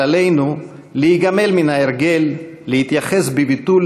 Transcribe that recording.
אבל עלינו להיגמל מן ההרגל להתייחס בביטול